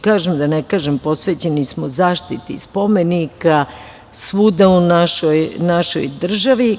Kažem, posvećeni smo zaštiti spomenika svuda u našoj državi.